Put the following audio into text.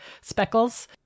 Speckles